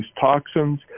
toxins